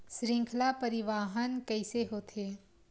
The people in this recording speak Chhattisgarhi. श्रृंखला परिवाहन कइसे होथे?